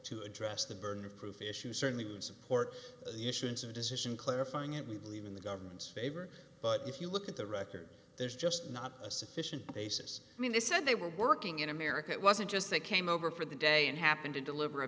to address the burden of proof issue certainly would support the issuance of a decision clarifying it we believe in the government's favor but if you look at the record there's just not a sufficient basis i mean they said they were working in america it wasn't just they came over for the day and happened to deliver a